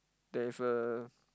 there is a